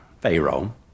Pharaoh